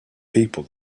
people